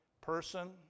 person